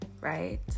right